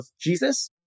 Jesus